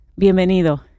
Bienvenido